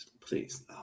Please